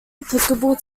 applicable